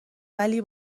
ولی